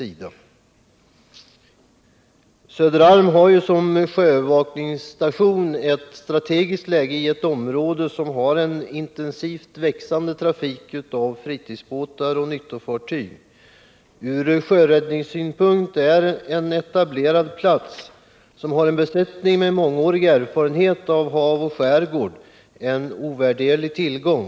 Söderarm har som sjöövervakningsstation ett strategiskt läge i ett område med en intensivt växande trafik av fritidsbåtar och nyttofartyg. Från sjöräddningssynpunkt är en etablerad övervakningsstation som har en besättning med mångårig erfarenhet av hav och skärgård en ovärderlig tillgång.